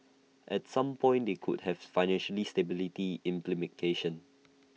at some point they could have financial stability implications